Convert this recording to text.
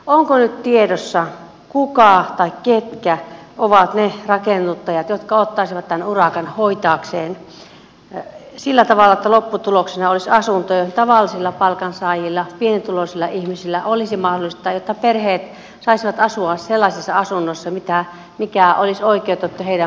onko nyt tiedossa kuka tai ketkä ovat ne rakennuttajat jotka ottaisivat tämän urakan hoitaakseen sillä tavalla että lopputuloksena olisi asuntoja joihin tavallisilla palkansaajilla pienituloisilla ihmisillä olisi mahdollisuutta jotta perheet saisivat asua sellaisessa asunnossa mikä olisi oikeutettu heidän perhekokonsa mukaan